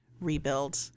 rebuild